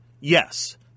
Yes